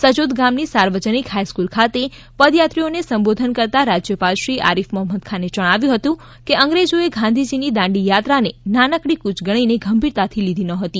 સજોદ ગામની સાર્વજનિક હાઈસ્ફૂલ ખાતે પદયાત્રીઓઓને સંબોધન કરતાં રાજ્યપાલશ્રી આરીફ મોહંમદ ખાને જણાવ્યું હતું કે અંગ્રેજો ગાંધીજીની દાંડી યાત્રાને નાનકડી ફૂચ ગણીને ગંભીરતાથી લીધી ન હતી